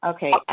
Okay